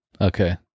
Okay